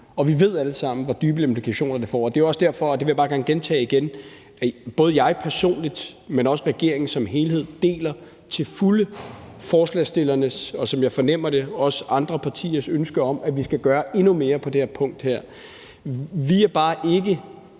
Og vi ved alle sammen, hvor dybe implikationer det får. Det er også derfor, og det vil jeg bare gerne gentage, at både jeg personligt, men også regeringen som helhed til fulde deler forslagsstillernes, og, som jeg fornemmer det, også andre partiers ønske om, at vi skal gøre endnu mere på det her punkt. Vi er bare ikke